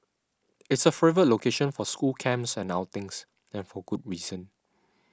it's a favourite location for school camps and outings and for good reason